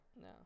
No